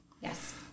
yes